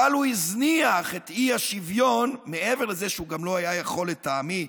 אבל מעבר לזה שהוא גם לא היה יכול, לטעמי,